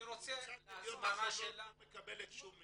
קבוצת ידיעות אחרונות לא מקבלת שום מימון.